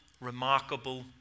remarkable